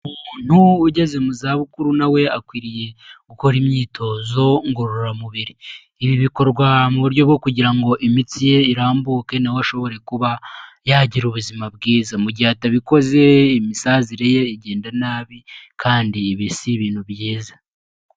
Umuntu ugeze mu za bukuru na we akwiriye gukora imyitozo ngororamubiri. Ibi bikorwa mu buryo bwo kugira ngo imitsi ye irambuke, na we ashobore kuba yagira ubuzima bwiza. Mu gihe atabikoze, imisazire ye igenda nabi, kandi ibi si ibintu byiza.